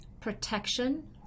protection